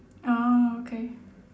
orh okay